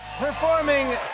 performing